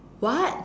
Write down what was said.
what